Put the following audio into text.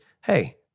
hey